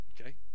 Okay